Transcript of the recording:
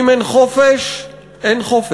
אם אין חופש, אין חופש,